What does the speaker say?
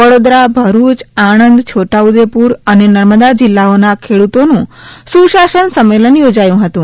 વડોદરા ભરૂચઆણંદ છોટા ઉદેપુર અને નર્મદા જિલ્લાઓના ખેડૂતોનુ સુશાસન સંમેલન યોજાયુ હતુ